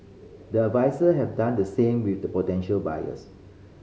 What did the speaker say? the adviser have done the same with the potential buyers